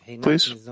Please